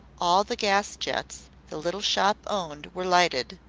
all the gas-jets the little shop owned were lighted,